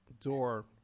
door